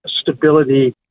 stability